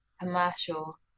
commercial